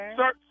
sir